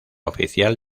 oficial